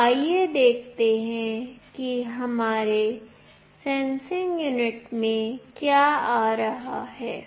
तो आइए देखें कि हमारी सेंसिंग यूनिट में यहाँ क्या आ रहा है